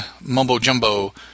mumbo-jumbo